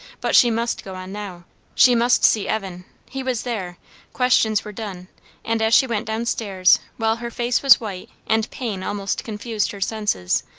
but she must go on now she must see evan he was there questions were done and as she went down-stairs, while her face was white, and pain almost confused her senses,